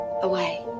away